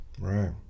Right